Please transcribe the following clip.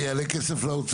אבל זה יעלה כסף לאוצר.